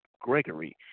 Gregory